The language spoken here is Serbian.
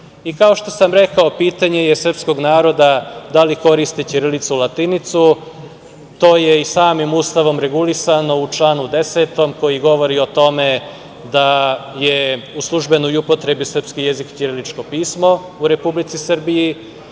što sam rekao, pitanje je srpskog naroda da li koriste ćirilicu, latinicu. To je i samim Ustavom regulisano u članu 10. koji govori o tome da je u službenoj upotrebi srpski jezik ćiriličko pismo u Republici Srbiji. Želeo